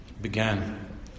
began